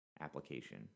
application